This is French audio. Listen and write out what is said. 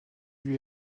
lui